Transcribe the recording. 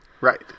Right